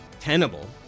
tenable